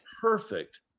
Perfect